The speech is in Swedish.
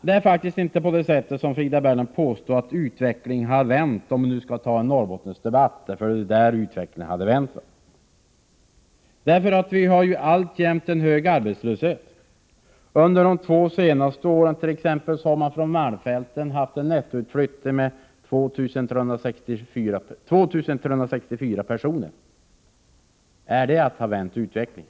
Det är faktiskt inte på det sätt som Frida Berglund påstår att utvecklingen skulle ha vänt — om vi nu skall debattera Norrbotten. Vi har ju alltjämt en hög arbetslöshet. Under de två senaste åren har man från malmfälten haft en nettoutflyttning med 2 364 personer. Innebär det att man har vänt utvecklingen?